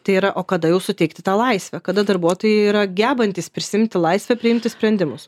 tai yra o kada jau suteikti tą laisvę kada darbuotojai yra gebantys prisiimti laisvę priimti sprendimus